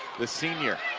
the senior.